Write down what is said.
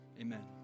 Amen